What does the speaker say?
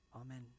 Amen